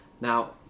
Now